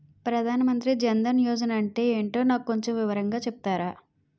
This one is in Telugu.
ప్రధాన్ మంత్రి జన్ దన్ యోజన అంటే ఏంటో నాకు కొంచెం వివరంగా చెపుతారా?